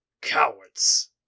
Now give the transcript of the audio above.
Cowards